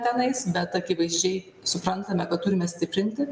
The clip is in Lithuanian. tenais bet akivaizdžiai suprantame kad turime stiprinti